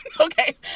Okay